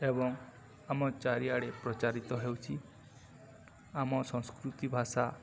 ଏବଂ ଆମ ଚାରିଆଡ଼େ ପ୍ରଚାରିତ ହେଉଛି ଆମ ସଂସ୍କୃତି ଭାଷା